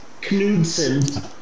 Knudsen